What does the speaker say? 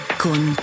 con